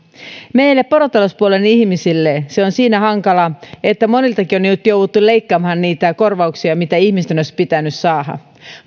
meille porotalouspuolen ihmisille se on siinä hankalaa että moniltakin on nyt jouduttu leikkaamaan niitä korvauksia mitä ihmisten olisi pitänyt saada